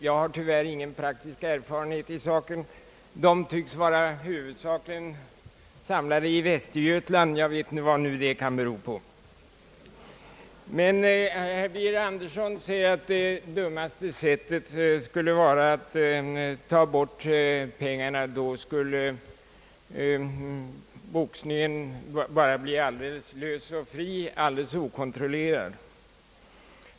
Jag har själv tyvärr ingen praktisk erfarenhet i saken. Dessa ledamöter tycks huvudsakligen vara samlade i Västergötland, vad nu det kan bero på. Herr Birger Andersson säger att det skulle vara dumt att ta bort anslaget, då skulle boxningen bli alldeles fri och okontrollerad.